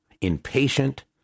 impatient